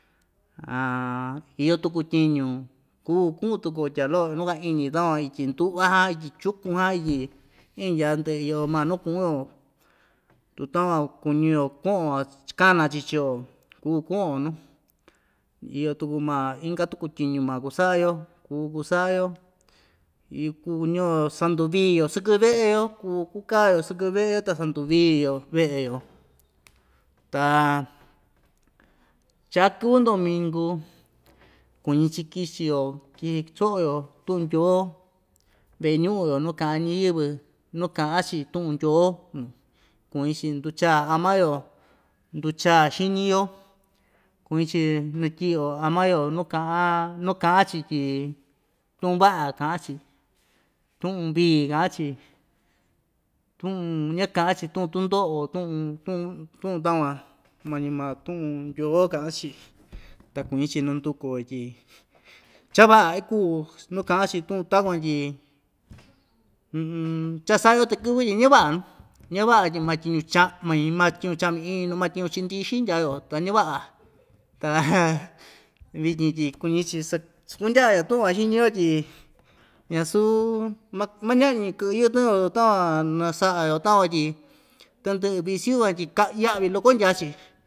iyo tuku tyiñu kuu ku'un tuku‑yo tya lo'o nuu kuaiñi takuan ityi ndu'va jan ityi chukun jan ityi indya ndɨ'ɨ iyo maa nu ku'un‑yo tu takuan kuñi‑yo ku'un‑yo cha kana‑chi chiio kuu ku'un‑yo nu iyo tuku maa inka tuku tyiñu maa kusa'a‑yo kuu kusa'a‑yo sanduvii‑yo sɨkɨ ve'e‑yo kuu kukaa-yo sɨkɨ ve'e ta sanduvii‑yo ve'e‑yo ta chaa kɨvɨ ndominku kuñi‑chi kichio so'o‑yo tu'un ndyoo ve'e ñu'un‑yo nuu ka'an ñiyɨvɨ nuu ka'an‑chi tu'un ndyoo kuñi‑chi nduchaa ama‑yo nduchaa xiñi‑yo kuñi‑chi natyi'i‑yo ama‑yo nuu ka'an nuu ka'an‑chi tyi tu'un va'a ka'an‑chi tu'un vii ka'an‑chi tu'un ñaka'an‑chi tu'un tundo'o tu'un tu'un tu'un takuan mañi maa tu'un ndyoo ka'an‑chi ta kuñi‑chi nunduku‑yo tyi cha va'a ikuu nu ka'an‑chi tu'un takuan tyi cha‑sa'a‑yo takɨ́vɨ tyi ñava'a nuu ñava'a tyi maa tyiñu cha'mi maa tyiñu cha'mi inu ma tyiñu chi'i ndixi ndyaa‑yo ta ñava'a ta vityin tyi kuñi‑chi sak sakundya'a‑yo tu'un va xiñi‑yo tyi ñasuu ma maña'ñi kɨ'ɨ yɨtɨn‑yo tu takuan na sa'a‑yo takuan tyi tandɨ'ɨ viciu van tyi ka ya'vi loko ndyaa‑chi.